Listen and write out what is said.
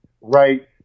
right